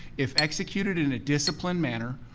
if executed in a disciplined manner,